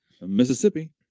Mississippi